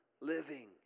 living